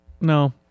No